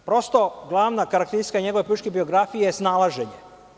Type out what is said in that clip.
Prosto, glavna karakteristika njegove političke biografije je snalaženje.